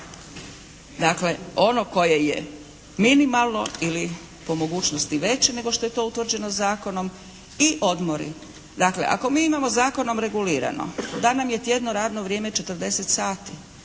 dakle ono koje je minimalno ili po mogućnosti veće nego što je to utvrđeno zakonom i odmori. Dakle, ako mi imamo zakonom regulirano da nam je tjedno radno vrijeme